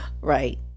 Right